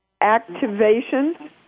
activation